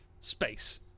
space